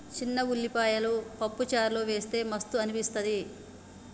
చిన్న ఉల్లిపాయలు పప్పు చారులో వేస్తె మస్తు అనిపిస్తది